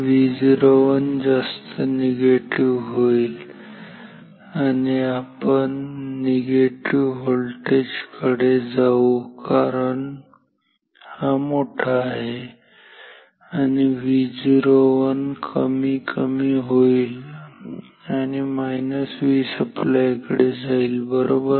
Vo1 जास्त negative होईल आणि आपण निगेटिव्ह व्होल्टेज कडे जाऊ कारण हा मोठा आहे आणि Vo1 कमी कमी होईल आणि Vsupply कडे जाईल बरोबर